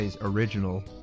original